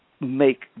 make